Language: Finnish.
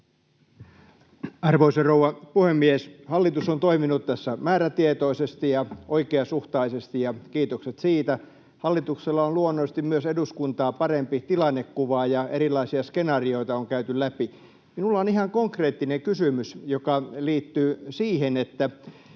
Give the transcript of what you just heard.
Arvoisa rouva puhemies! Hallitus on toiminut tässä määrätietoisesti ja oikeasuhtaisesti, ja kiitokset siitä. Hallituksella on luonnollisesti myös eduskuntaa parempi tilannekuva, ja erilaisia skenaarioita on käyty läpi. Minulla on ihan konkreettinen kysymys, joka liittyy siihen, että